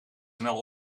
snel